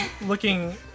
looking